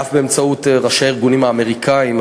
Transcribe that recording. ואף באמצעות ראשי הארגונים האמריקניים,